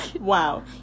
Wow